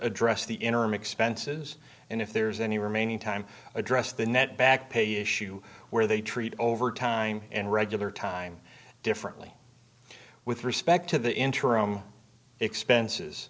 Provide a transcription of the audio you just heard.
address the interim expenses and if there's any remaining time address the net back pay issue where they treat over time and regular time differently with respect to the interim expenses